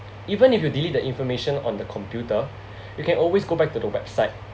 even if you delete the information on the computer you can always go back to the website